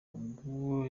ubwo